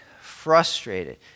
frustrated